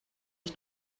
ich